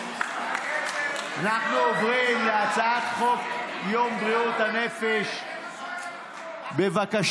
אנחנו עוברים להצעת חוק יום בריאות הנפש, בבקשה.